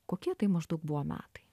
kokie tai maždaug buvo metai